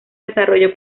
desarrollo